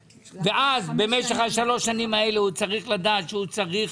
ואז במשך שלוש השנים הללו הוא צריך לדעת שהוא צריך